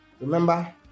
remember